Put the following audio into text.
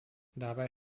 dabei